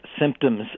symptoms